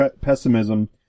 pessimism